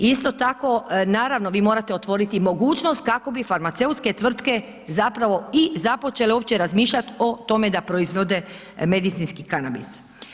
Isto tako, naravno, vi morate otvoriti mogućnost kako bi farmaceutske tvrtke zapravo i započele uopće razmišljat o tome da proizvode medicinski kanabis.